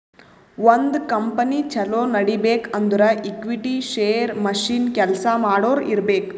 ಒಂದ್ ಕಂಪನಿ ಛಲೋ ನಡಿಬೇಕ್ ಅಂದುರ್ ಈಕ್ವಿಟಿ, ಶೇರ್, ಮಷಿನ್, ಕೆಲ್ಸಾ ಮಾಡೋರು ಇರ್ಬೇಕ್